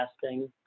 testing